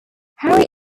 harry